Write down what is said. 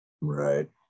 right